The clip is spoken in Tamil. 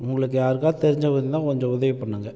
உங்களுக்கு யாருக்காவது தெரிஞ்சவங்க இருந்தால் கொஞ்சம் உதவி பண்ணுங்கள்